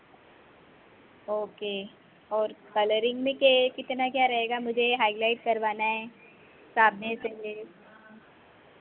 okay और colouring में क्या है कितना क्या रहेगा मुझे हाइलाइट करवाना है सामने से